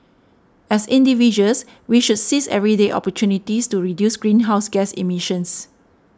as individuals we should seize everyday opportunities to reduce greenhouse gas emissions